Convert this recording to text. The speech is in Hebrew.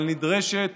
אבל נדרשת